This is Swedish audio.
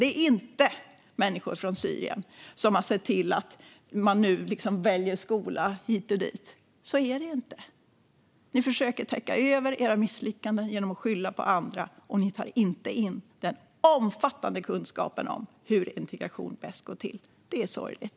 Det är inte människor från Syrien som har sett till att man nu väljer skola hit och dit. Så är det ju inte. Ni försöker täcka över era misslyckanden genom att skylla på andra, och ni tar inte in den omfattande kunskapen om hur integration bäst går till. Det är sorgligt.